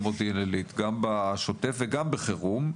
מודיעין עילית גם בשוטף וגם בחירום,